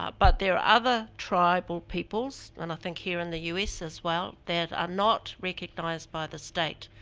ah but there're other tribal peoples, and i think here in the u s. as well, that are not recognized by the state.